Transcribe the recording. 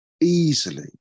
easily